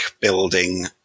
building